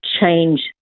change